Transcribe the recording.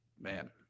Man